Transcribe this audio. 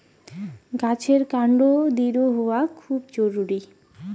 গাছের কান্ড দৃঢ় হওয়া খুব জরুরি